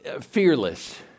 fearless